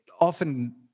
often